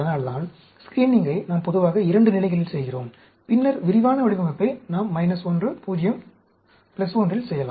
அதனால்தான் ஸ்க்ரீனிங்கை நாம் பொதுவாக 2 நிலைகளில் செய்கிறோம் பின்னர் விரிவான வடிவமைப்பை நாம் மைனஸ்1 0 1 இல் செய்யலாம்